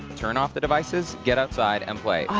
turn off the devices, get outside and play.